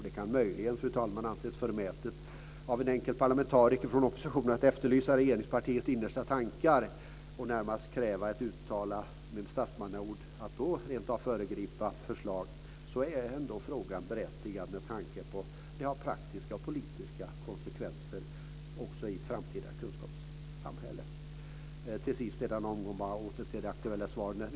Det kan möjligen, fru talman, anses förmätet av en enkel parlamentariker från oppositionen att efterlysa regeringspartiets innersta tankar och närmast kräva att med statsmannaord föregripa kommande förslag. Frågan är ändå berättigad med tanke på praktiska och politiska konsekvenser också i ett framtida kunskapssamhälle. Till sist går jag åter till det aktuella svaret.